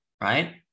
right